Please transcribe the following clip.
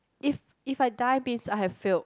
if if I die means I have failed